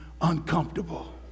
uncomfortable